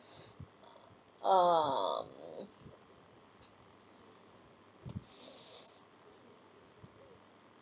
um